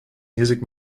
music